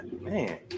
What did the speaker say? man